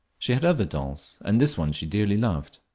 she had other dolls, and this one she dearly loved,